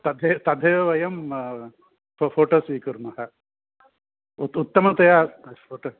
तथै तथैव वयं फ़ोटो स्वीकुर्मः उत् उत्तमतया फ़ोटो